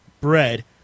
Bread